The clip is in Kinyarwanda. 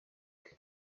bwe